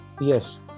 Yes